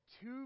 two